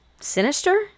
sinister